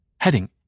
Heading